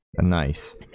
Nice